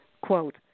Quote